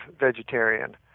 vegetarian